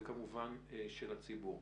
וכמובן של הציבור.